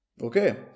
okay